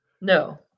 No